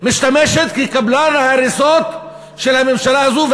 משמשת כקבלן ההריסות של הממשלה הזאת.